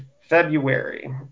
February